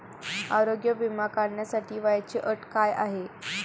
आरोग्य विमा काढण्यासाठी वयाची अट काय आहे?